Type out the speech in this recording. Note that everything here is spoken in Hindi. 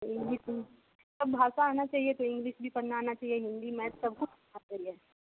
इंग्लिस में सब भाषा आना चाहिए तो इंग्लिश भी पढ़ना आना चाहिए हिंदी मैथ सब कुछ आना चाहिए